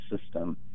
system